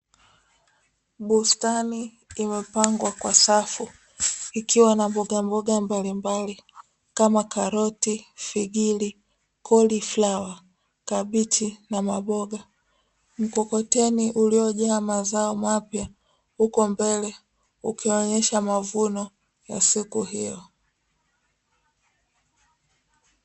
Bustani imepangwa kwa safu ikiwa na mbogamboga mbalimbali kama: karoti, figiri, koliflawa, kabichi na maboga. Mkokoteni uliojaa mqzao mapya uko mbele ukionyesha mavuno ya siku hiyo.